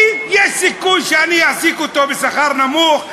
כי יש סיכוי שאני אעסיק אותו בשכר נמוך,